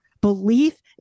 belief